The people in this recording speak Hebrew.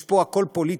יש פה הכול פוליטיקה.